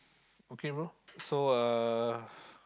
okay bro so uh